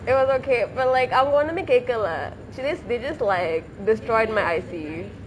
it was okay but like அவங்க ஒன்னுமே கேக்கலே:avanga onnume kekalae she just they just like destroyed my I_C